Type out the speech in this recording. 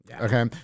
Okay